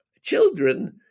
children